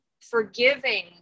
forgiving